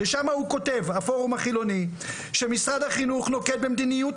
שם כותב הפורום החילוני שמשרד החינוך נוקט במדיניות